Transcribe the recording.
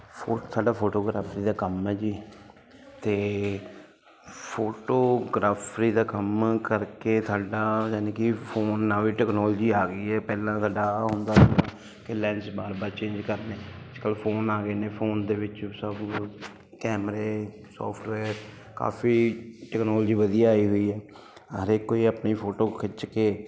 ਸਾਡਾ ਫੋਟੋਗ੍ਰਾਫੀ ਦਾ ਕੰਮ ਹੈ ਜੀ ਅਤੇ ਫੋਟੋਗਰਾਫੀ ਦਾ ਕੰਮ ਕਰਕੇ ਸਾਡਾ ਯਾਨੀ ਕਿ ਫੋਨ ਨਾਲ ਵੀ ਟੈਕਨੋਲੋਜੀ ਆ ਗਈ ਹੈ ਪਹਿਲਾਂ ਸਾਡਾ ਆਹ ਹੁੰਦਾ ਸੀ ਕਿ ਲੈਂਜ ਬਾਰ ਬਾਰ ਚੇਂਜ ਕਰਨੇ ਅੱਜ ਕੱਲ੍ਹ ਫੋਨ ਆ ਗਏ ਨੇ ਫੋਨ ਦੇ ਵਿੱਚ ਸਭ ਕੈਮਰੇ ਸੋਫਟਵੇਅਰ ਕਾਫੀ ਟੈਕਨੋਲਜੀ ਵਧੀਆ ਆਈ ਹੋਈ ਹੈ ਹਰੇਕ ਕੋਈ ਆਪਣੀ ਫੋਟੋ ਖਿੱਚ ਕੇ